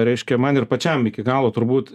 reiškia man ir pačiam iki galo turbūt